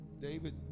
David